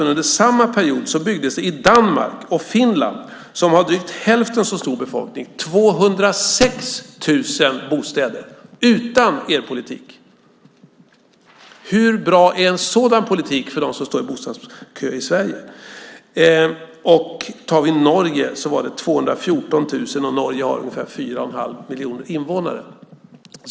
Men under samma period byggdes det i Danmark och Finland, som har drygt hälften så stor befolkning, 206 000 bostäder utan er politik. Hur bra är en sådan politik för dem står i bostadskö i Sverige? I Norge byggdes det 214 000 bostäder, och Norge har ungefär fyra och en halv miljon invånare.